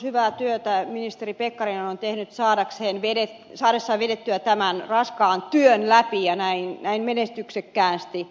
hyvää työtä ministeri pekkarinen on tehnyt saadessaan vedettyä tämän raskaan työn läpi ja näin menestyksekkäästi